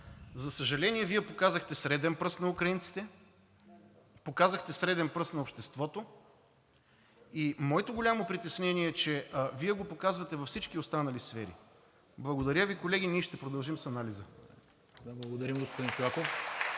За съжаление, Вие показахте среден пръст на украинците, показахте среден пръст на обществото и моето голямо притеснение е, че Вие го показвате във всички останали сфери. Благодаря Ви, колеги – ние ще продължим с анализа. (Ръкопляскания от